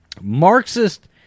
Marxist